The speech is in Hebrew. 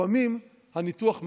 לפעמים הניתוח מצליח,